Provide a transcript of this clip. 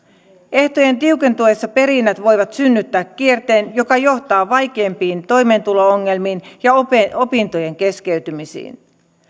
ehtojen tiukentuessa perinnät voivat synnyttää kierteen joka johtaa vaikeampiin toimeentulo ongelmiin ja opintojen keskeytymisiin